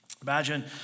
imagine